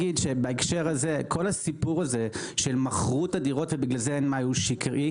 בהקשר הזה כל הסיפור הזה שמכרו את הדירות ובגלל זה אין --- הוא שקרי.